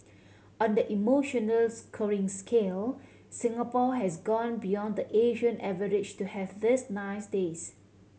on the emotional scoring scale Singapore has gone beyond the Asian average to have these nice days